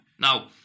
Now